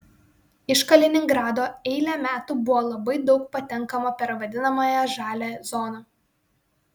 iš kaliningrado eilę metų buvo labai daug patenkama per vadinamąją žalią zoną